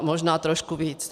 Možná trošku víc.